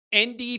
ND